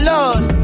Lord